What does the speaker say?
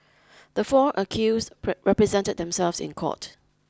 the four accused represented themselves in court